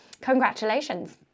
Congratulations